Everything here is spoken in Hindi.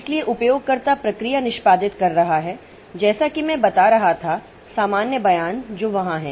इसलिए उपयोगकर्ता प्रक्रिया निष्पादित कर रहा है जैसा कि मैं बता रहा था सामान्य बयान जो वहां हैं